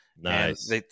Nice